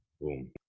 Boom